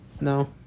No